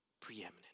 preeminent